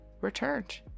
returned